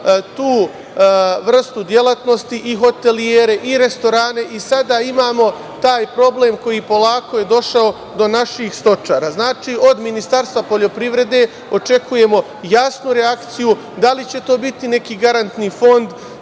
tu vrstu delatnosti i hotelijere i restorane i sad imamo taj problem koji je polako došao i do naših stočara. Znači, od Ministarstva poljoprivrede očekujemo jasnu reakciju, da li će to biti neki garantni fond,